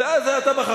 לא, זה, אתה בחרת.